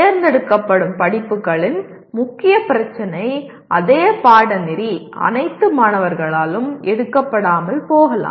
தேர்ந்தெடுக்கப்படும் படிப்புகளின் முக்கிய பிரச்சினை அதே பாடநெறி அனைத்து மாணவர்களாலும் எடுக்கப்படாமல் போகலாம்